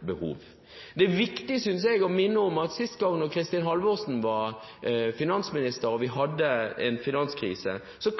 behov. Det er viktig, synes jeg, å minne om at sist gang vi hadde en finanskrise, da Kristin Halvorsen var finansminister,